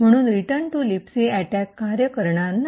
म्हणून return to libc attack कार्य करणार नाही